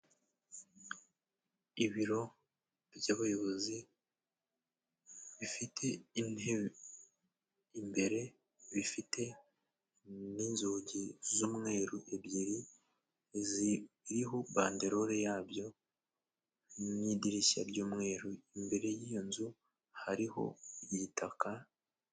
Ibiro by'abayobozi bifite intebe imbere, bifite n'inzugi z'umweru ebyiri ziriho banderore yabyo n'idirishya ry'umweru, imbere y' iyo nzu hariho igitaka.